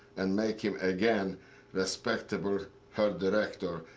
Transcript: and make him again respectable herr direktor.